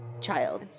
child